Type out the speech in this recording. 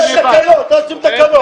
אל תחתום על תקנות.